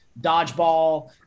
dodgeball